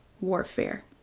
warfare